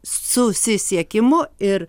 susisiekimo ir